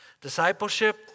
Discipleship